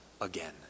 again